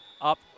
up